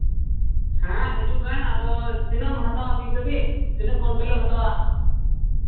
ᱦᱮᱸ ᱦᱤᱡᱩᱜ ᱢᱮ ᱟᱫᱚ ᱛᱤᱱᱟᱹᱜ ᱮᱢ ᱦᱟᱛᱟᱣᱟ ᱢᱤᱫ ᱜᱟᱹᱰᱤ ᱛᱤᱱᱟᱹᱜ ᱠᱚᱱᱴᱮᱞ ᱮᱢ ᱦᱟᱛᱟᱣᱟ